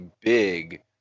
big